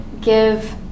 give